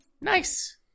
Nice